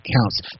counts